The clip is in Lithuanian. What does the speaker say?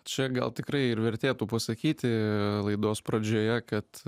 čia gal tikrai ir vertėtų pasakyti laidos pradžioje kad